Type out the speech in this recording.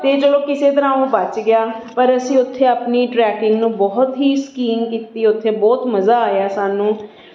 ਅਤੇ ਜੋ ਕਿਸੇ ਤਰ੍ਹਾਂ ਉਹ ਬਚ ਗਿਆ ਪਰ ਅਸੀਂ ਉੱਥੇ ਆਪਣੀ ਟਰੈਕਿੰਗ ਨੂੰ ਬਹੁਤ ਹੀ ਸਕੀਈਂਗ ਕੀਤੀ ਉੱਥੇ ਬਹੁਤ ਮਜ਼ਾ ਆਇਆ ਸਾਨੂੰ